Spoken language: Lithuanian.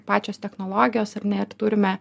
pačios technologijos ar ne ir turime